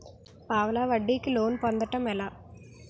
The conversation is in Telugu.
పావలా వడ్డీ కి లోన్ పొందటం ఎలా?